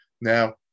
Now